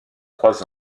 trois